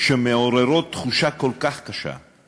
שמעוררות תחושה כל כך קשה.